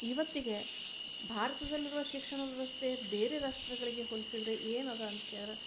ಇವತ್ತಿಗೆ ಭಾರತದಲ್ಲಿರುವ ಶಿಕ್ಷಣ ವ್ಯವಸ್ಥೆ ಬೇರೆ ರಾಷ್ಟ್ರಗಳಿಗೆ ಹೋಲ್ಸಿದರೆ ಏನದ ಅಂದು ಕೆರ